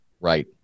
Right